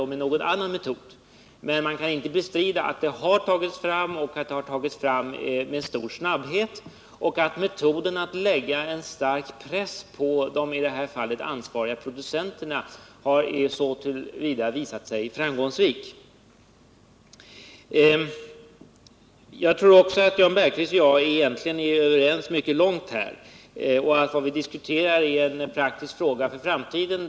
Men det kan inte bestridas att det har tagits fram med stor snabbhet och att metoden att lägga en stark press på i det här fallet de ansvariga producenterna så till vida visat sig framgångsrik. Jag tror också att Jan Bergqvist och jag är överens i långa stycken. Vad vi diskuterar är en praktisk fråga för framtiden.